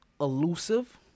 elusive